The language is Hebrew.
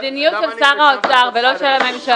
מדובר במדיניות של שר האוצר ולא של הממשלה.